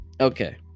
Okay